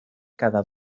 cada